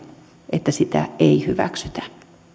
että tätä lakialoitetta ei hyväksytä